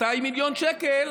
200 מיליון שקל